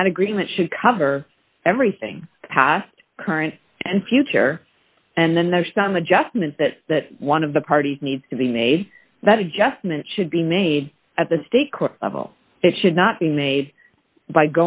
and that agreement should cover everything past current and future and then there are some adjustments that that one of the parties needs to be made that adjustment should be made at the state level it should not be made by